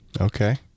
Okay